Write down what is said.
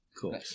Cool